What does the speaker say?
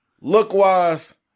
Look-wise